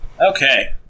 Okay